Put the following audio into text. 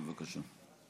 בבקשה.